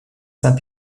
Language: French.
saint